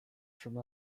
from